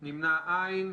לא אושרה.